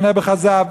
ונעבעך עזב,